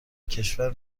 کشور